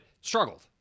struggled